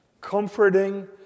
comforting